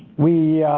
we